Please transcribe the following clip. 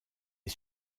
est